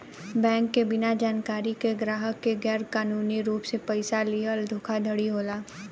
bank से बिना जानकारी के ग्राहक के गैर कानूनी रूप से पइसा लीहल धोखाधड़ी होला